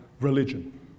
religion